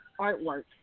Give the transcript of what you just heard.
artwork